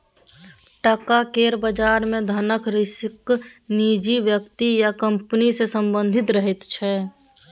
टका केर बजार मे धनक रिस्क निजी व्यक्ति या कंपनी सँ संबंधित रहैत छै